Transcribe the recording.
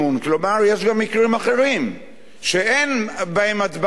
יש גם מקרים אחרים שאין בהם הצבעת אי-אמון